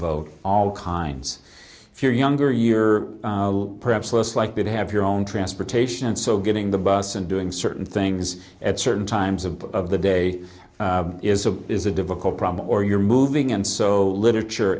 vote all kinds if you're younger you're perhaps less likely to have your own transportation and so getting the bus and doing certain things at certain times of of the day is a is a difficult problem or you're moving and so literature